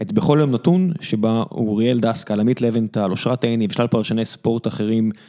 את בכל יום נתון, שבה אוריאל דסקל, עמית לבנטל, אושרת עייני ושלל פרשני ספורט אחרים.